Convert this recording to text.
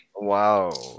wow